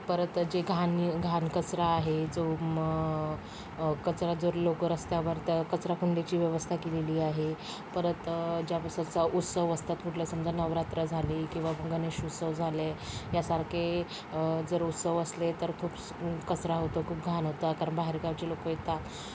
परत जे घाण घाण कचरा आहे जो कचरा जर लोक रस्त्यावर त्या कचराकुंडीची व्यवस्था केलेली आहे परत ज्या वेळेस उत्सव असतात कुठला समजा नवरात्र झाली किंवा गणेशोत्सव झाले यासारखे जर उत्सव असले तर खूप कचरा होतो खूप घाण होते कारण बाहेरगावचे लोकं येतात